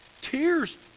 tears